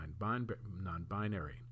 non-binary